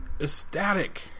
ecstatic